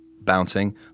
bouncing